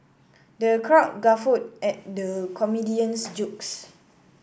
the crowd guffawed at the comedian's jokes